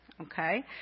Okay